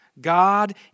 God